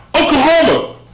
Oklahoma